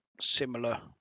similar